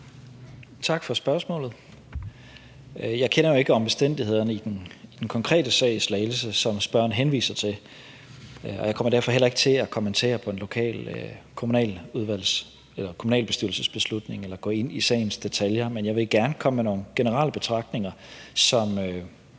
Tak for spørgsmålet. Jeg kender jo ikke omstændighederne i den konkrete sag i Slagelse, som spørgeren henviser til, og jeg kommer derfor heller ikke til at kommentere på en kommunalbestyrelses beslutning eller gå ind i sagens detaljer. Men jeg vil gerne komme med nogle generelle betragtninger, som